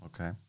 Okay